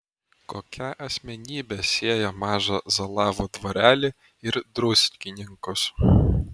kokia asmenybė sieja mažą zalavo dvarelį ir druskininkus